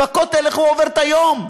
איך הוא עובר את היום.